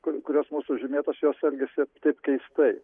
kur kurios mūsų žymėtos jos elgiasi taip keistai